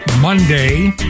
Monday